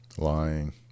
lying